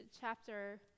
chapter